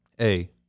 A-